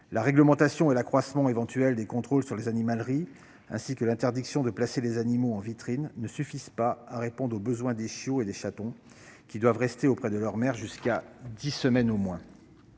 La réglementation et l'accroissement éventuel des contrôles sur les animaleries, ainsi que l'interdiction de placer les animaux en vitrine ne suffisent pas à répondre aux besoins des chiots et des chatons, qui doivent rester auprès de leur mère jusqu'à dix semaines au moins.